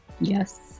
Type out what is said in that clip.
yes